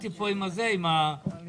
זה צריך לכרוך את זה עם פינוי ח'אן אל אחמר.